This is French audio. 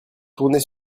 tourner